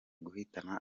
guhitana